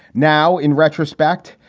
now, in retrospect,